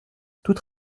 toute